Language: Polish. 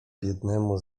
biednemu